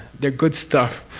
they're good stuff,